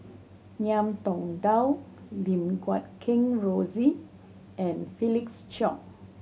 Ngiam Tong Dow Lim Guat Kheng Rosie and Felix Cheong